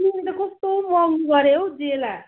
तिमीले त कस्तो महँगो गर्यो हौ जेला